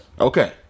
Okay